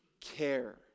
care